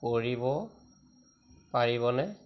কৰিব পাৰিবনে